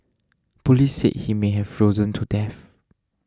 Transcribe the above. police said he may have frozen to death